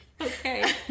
Okay